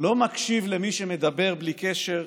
לא מקשיב למי שמדבר בלי קשר.